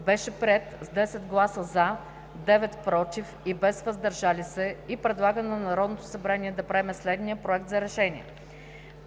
беше приет с 10 гласа „за“, 9 „против“ и без „въздържали се“, и предлага на Народното събрание да приеме следния проект за решение: